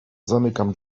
zamykam